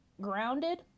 Grounded